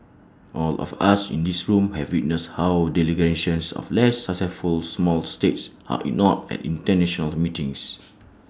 all of us in this room have witnessed how delegations of less successful small states are ignored at International meetings